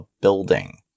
building